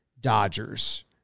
Dodgers